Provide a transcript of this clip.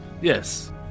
Yes